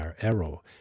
arrow